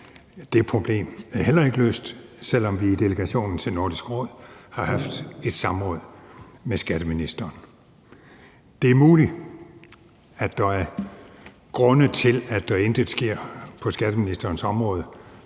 hjemme, er heller ikke løst, selv om vi i delegationen til Nordisk Råd har haft et samråd med skatteministeren. Det er muligt, at der er grunde til, at der intet sker på skatteministerens område,